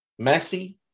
Messi